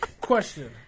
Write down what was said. question